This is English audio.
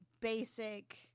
basic